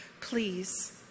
please